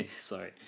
sorry